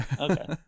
Okay